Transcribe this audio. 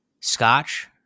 scotch